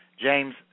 James